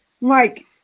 Mike